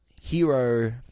hero